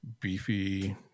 beefy